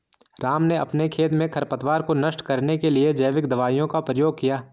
राम ने अपने खेत में खरपतवार को नष्ट करने के लिए जैविक दवाइयों का प्रयोग किया